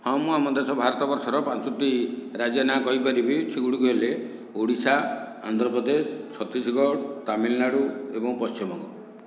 ହଁ ମୁଁ ଆମ ଦେଶ ଭାରତ ବର୍ଷର ପାଞ୍ଚୋଟି ରାଜ୍ୟ ନାଁ କହିପାରିବି ସେଗୁଡ଼ିକ ହେଲେ ଓଡ଼ିଶା ଆନ୍ଧ୍ରପ୍ରଦେଶ ଛତିଶଗଡ଼ ତାମିଲନାଡ଼ୁ ଏବଂ ପଶ୍ଚିମବଙ୍ଗ